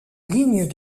ligne